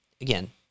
Again